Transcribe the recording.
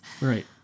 Right